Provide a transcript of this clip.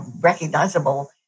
recognizable